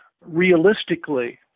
realistically